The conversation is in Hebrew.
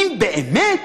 לו באמת